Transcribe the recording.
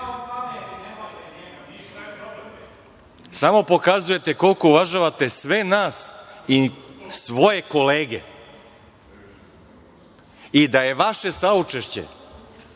pokazujete koliko uvažavate sve nas i svoje kolege i da je vaše saučešće